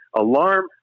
Alarm